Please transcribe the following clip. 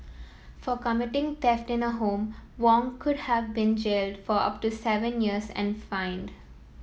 for committing theft in a home Wong could have been jailed for up to seven years and fined